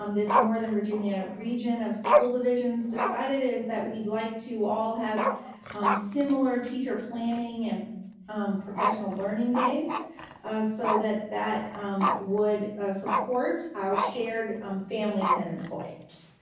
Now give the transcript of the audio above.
um this northern virginia region of school divisions decided is that we'd like to all have similar teacher planning and professional learning days so that that would support our shared um families and employees.